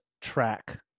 track